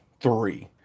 three